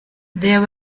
there